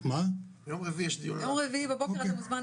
ביום רביעי בבוקר אתה מוזמן,